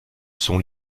sont